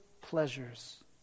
pleasures